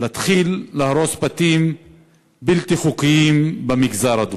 להתחיל להרוס בתים בלתי חוקיים במגזר הדרוזי.